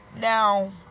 Now